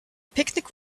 picnic